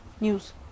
news